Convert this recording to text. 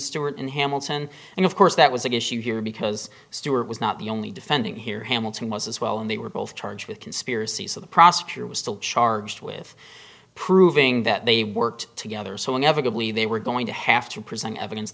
stewart and hamilton and of course that was a good issue here because stewart was not the only defending here hamilton was as well and they were both charged with conspiracy so the prosecutor was still charged with proving that they worked together so inevitably they were going to have to present evidence